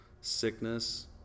sickness